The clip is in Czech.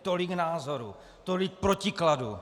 Tolik názorů, tolik protikladů.